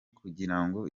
kugirango